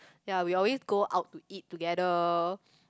ya we always go out to eat together